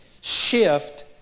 shift